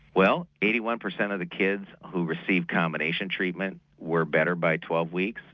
well eighty one percent of the kids who received combination treatment were better by twelve weeks,